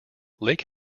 lake